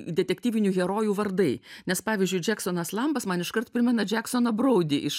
detektyvinių herojų vardai nes pavyzdžiui džeksonas lambas man iškart primena džeksoną braudi iš